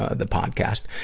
ah the podcast.